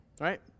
right